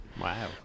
Wow